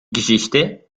geschichte